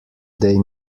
they